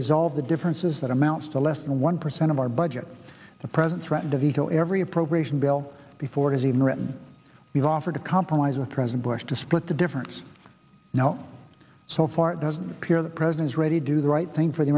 resolve the differences that amounts to less than one percent of our budget the present threat to veto every appropriation bill before it is even written we've offered a compromise with president bush to split the difference you know so far it doesn't appear the president's ready do the right thing for the